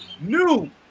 new